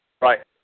Right